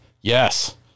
Yes